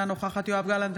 אינה נוכחת יואב גלנט,